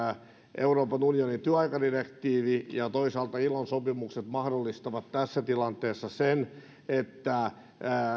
euroopan unionin työaikadirektiivi ja toisaalta ilon sopimukset mahdollistavat tässä tilanteessa sen että